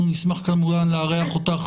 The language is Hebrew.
כמובן נשמח לארח אותך